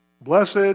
Blessed